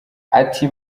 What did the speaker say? ati